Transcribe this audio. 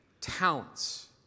talents